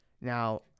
Now